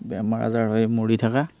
বেমাৰ আজাৰ হৈ মৰি থাকে